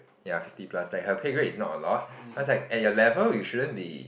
ya fifty plus like her pay grade is not a lot I was like at your level you shouldn't be